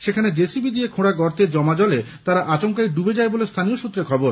সেখানে জেসিবি দিয়ে খোঁড়া গর্তের জমা জলে তারা আচমকাই ডুবে যায় বলে স্থানীয় সূত্রে খবর